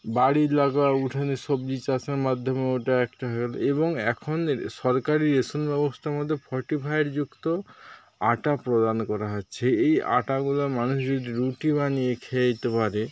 বাড়ির লাগোয়া উঠানে সবজি চাষের মাধ্যমে ওটা একটা হয়ে গেল এবং এখন সরকারি রেশন ব্যবস্থার মাধ্যমে ফরটিফায়ারযুক্ত আটা প্রদান করা হচ্ছে এই আটাগুলো মানুষ যদি রুটি বানিয়ে খেয়ে নিতে পারে